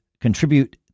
contribute